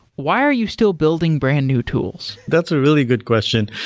why are you still building brand-new tools? that's a really good question.